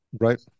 Right